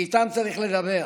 ואיתם צריך לדבר.